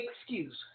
excuse